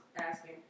asking